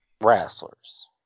Wrestlers